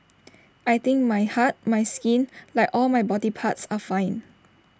I think my heart my skin like all my body parts are fine